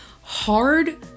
hard